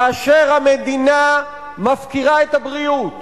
כאשר המדינה מפקירה את הבריאות,